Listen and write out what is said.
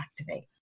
activate